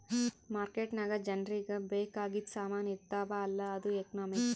market ನಾಗ್ ಜನರಿಗ ಬೇಕ್ ಆಗಿದು ಸಾಮಾನ್ ಇರ್ತಾವ ಅಲ್ಲ ಅದು ಎಕನಾಮಿಕ್ಸ್